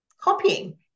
copying